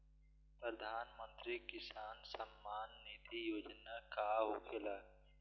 प्रधानमंत्री किसान सम्मान निधि योजना का होखेला?